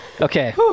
Okay